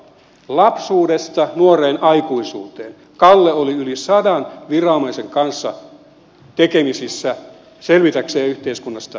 lapsuudesta nuoreen aikuisuuteen kalle oli yli sadan viranomaisen kanssa tekemisissä selvitäkseen yhteiskunnasta ja kalle syrjäytyi